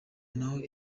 naho